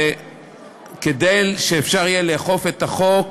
וכדי שאפשר יהיה לאכוף את החוק